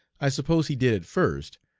i suppose he did at first,